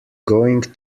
going